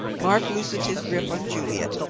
mark loosened his grip on juliet,